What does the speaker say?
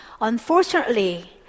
Unfortunately